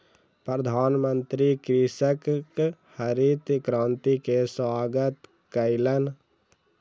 प्रधानमंत्री कृषकक हरित क्रांति के स्वागत कयलैन